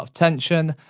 ah tension,